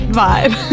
vibe